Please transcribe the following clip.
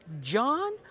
John